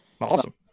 Awesome